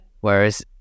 Whereas